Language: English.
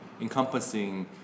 encompassing